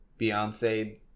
Beyonce